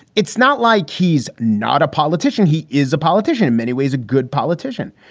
it's not like he's not a politician. he is a politician in many ways, a good politician.